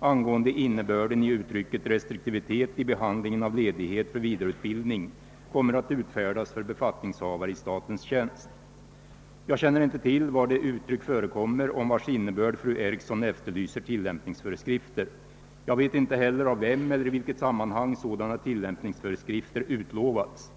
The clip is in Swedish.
angående innebörden i uttrycket restriktivitet i behandlingen av ledighet för vidareutbildning kommer att utfärdas för befattningshavare i statens tjänst. Jag känner inte till var det uttryck förekommer om vars innebörd fru Eriksson efterlyser tillämpningsföreskrifter. Jag vet inte heller av vem eller i vilket sammanhang sådana tilllämpningsföreskrifter utlovats.